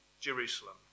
Jerusalem